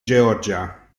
georgia